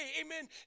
Amen